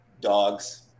dogs